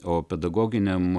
o pedagoginiam